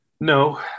No